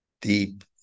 deep